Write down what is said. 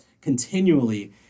continually